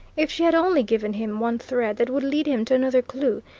if she had only given him one thread that would lead him to another clue,